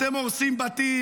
אתם הורסים בתים,